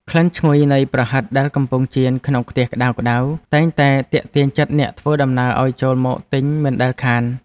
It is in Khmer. ក្លិនឈ្ងុយនៃប្រហិតដែលកំពុងចៀនក្នុងខ្ទះក្តៅៗតែងតែទាក់ទាញចិត្តអ្នកធ្វើដំណើរឱ្យចូលមកទិញមិនដែលខាន។